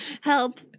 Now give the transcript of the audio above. Help